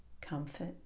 comfort